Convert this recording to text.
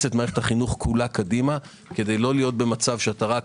את מערכת החינוך כולה קדימה כדי לא להיות במצב שאתה רק